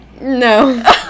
No